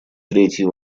третий